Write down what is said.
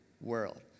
world